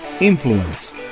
influence